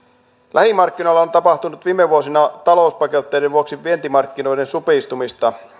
lähimarkkinoilla on tapahtunut viime vuosina talouspakotteiden vuoksi vientimarkkinoiden supistumista